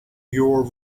your